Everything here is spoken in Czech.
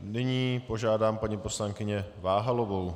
Nyní požádám paní poslankyni Váhalovou.